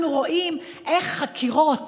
אנחנו רואים איך חקירות